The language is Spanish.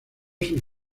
sus